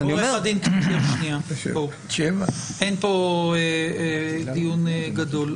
אין פה דיון גדול.